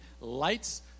lights